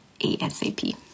ASAP